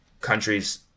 countries